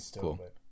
cool